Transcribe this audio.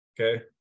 okay